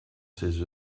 ses